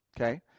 okay